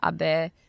Abe